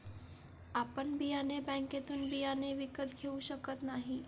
आपण बियाणे बँकेतून बियाणे विकत घेऊ शकत नाही